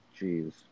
Jeez